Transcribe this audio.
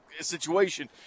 situation